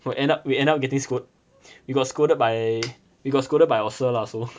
end up we end up getting scold~ we got scolded by our sir lah so